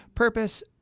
Purpose